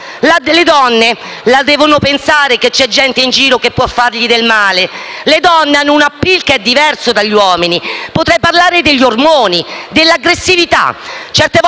Le donne devono pensare che c'è gente in giro che può far loro del male. Le donne hanno un *appeal* diverso da quello degli uomini. Potrei parlare degli ormoni, dell'aggressività. Certe volte